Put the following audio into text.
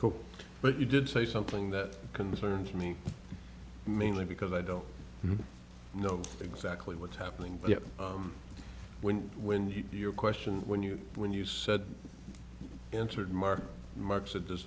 cope but you did say something that concerns me mainly because i don't know exactly what's happening but when when he your question when you when you said answered mark mark said does